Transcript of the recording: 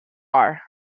are